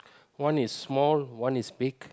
one is small one is big